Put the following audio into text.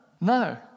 no